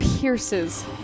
pierces